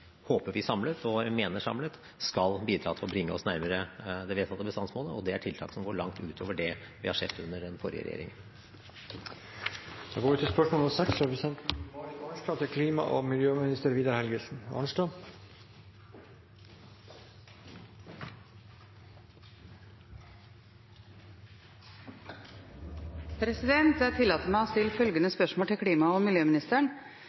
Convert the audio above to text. håper og mener jeg samlet skal bidra til å bringe oss nærmere det vedtatte bestandsmålet. Det er tiltak som går langt utover det vi har sett under forrige regjering. Jeg tillater meg å stille følgende spørsmål til klima- og miljøministeren: «I Meråker mistet man i fjor sommer nesten 500 sau til